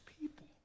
people